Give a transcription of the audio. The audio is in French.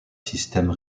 système